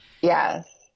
Yes